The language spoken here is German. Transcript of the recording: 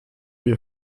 wir